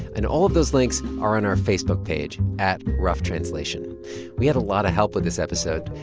and all of those links are on our facebook page, at roughtranslation. we had a lot of help with this episode.